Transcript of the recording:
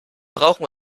brauchen